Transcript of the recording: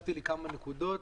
כתבתי כמה נקודות.